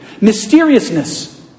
Mysteriousness